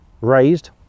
raised